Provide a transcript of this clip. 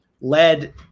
led